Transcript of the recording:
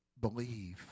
Believe